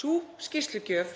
Sú skýrslugjöf